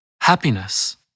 Happiness